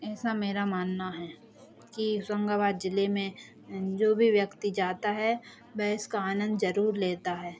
ऐसा मेरा मानना है कि होशंगाबाद जिले में जो भी व्यक्ति जाता है वह इसका आनंद जरूर लेता है